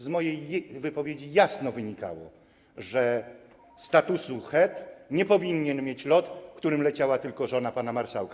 Z mojej wypowiedzi jasno wynikało, że statusu HEAD nie powinien mieć lot, którym leciała tylko żona pana marszałka.